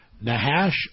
Nahash